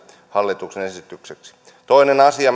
hallituksen esitykseksi poliisien määrästä toinen asia